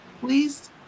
Please